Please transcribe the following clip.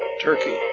Turkey